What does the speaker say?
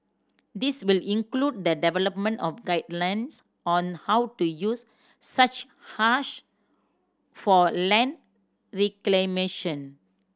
this will include the development of guidelines on how to use such hash for land reclamation